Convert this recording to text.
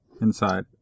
inside